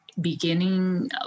beginning